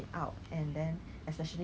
some of the bursary actually come from like